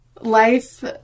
life